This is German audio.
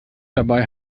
dabei